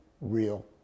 real